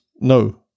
No